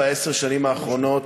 בעשר השנים האחרונות